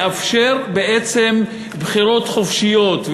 לאפשר בעצם בחירות חופשיות,